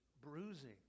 bruising